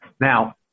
Now